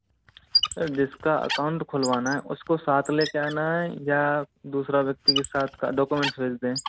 sir जिसका account खुलवाना है उसको साथ लेके आना है या दूसरा व्यक्ति के साथ उसका डाक्यूमेंट्स भेज दें